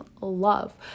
love